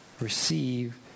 receive